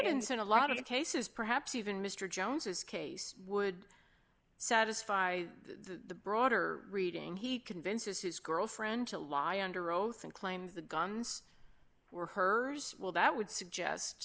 in a lot of cases perhaps even mr jones's case would satisfy the broader reading he convinces his girlfriend to lie under oath and claim the guns were hers well that would suggest